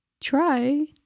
try